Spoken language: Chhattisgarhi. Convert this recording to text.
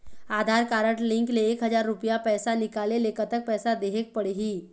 आधार कारड लिंक ले एक हजार रुपया पैसा निकाले ले कतक पैसा देहेक पड़ही?